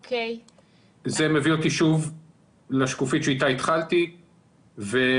זה מביא אותי לשקף אתו התחלתי ולאמירה